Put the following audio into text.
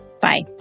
Bye